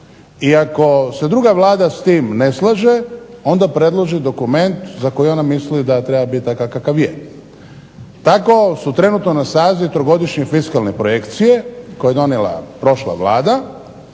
I ako se druga Vlada s tim ne slaže onda predloži dokument za koji misli da treba biti takav kakav je. Tako su trenutno na snazi trogodišnje fiskalne projekcije koje je donijela prošla Vlada